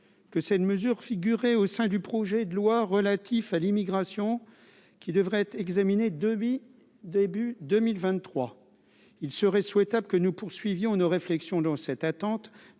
que c'est une mesure figurer au sein du projet de loi relatif à l'immigration, qui devrait être examiné depuis début 2023, il serait souhaitable que nous poursuivions nos réflexions dans cette attente